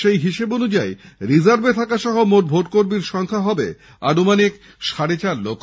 সেই হিসেবে রিজার্ভে থাকা সহ মোট ভোটকর্মীর সংখ্যা হবে আনুমানিক সাড়ে চার লক্ষ